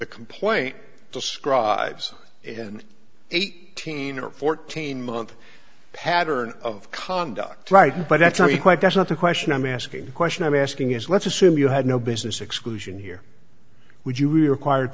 complaint describes it in eighteen or fourteen month pattern of conduct right but that's really quite that's not the question i'm asking the question i'm asking is let's assume you had no business exclusion here would you required